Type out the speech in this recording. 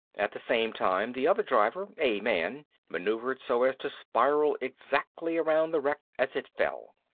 at the same time the other driver a man maneuvered so as to spiral exactly around the wreck as it fell.